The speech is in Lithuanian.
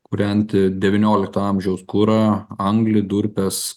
kūrenti devyniolikto amžiaus kurą anglį durpes